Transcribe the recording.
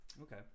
Okay